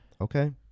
Okay